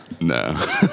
No